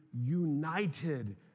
united